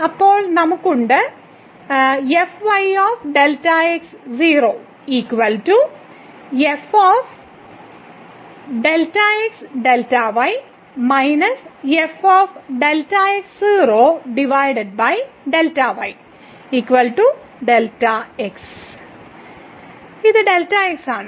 അപ്പോൾ നമുക്ക് ഉണ്ട് ഇത് Δx ആണ്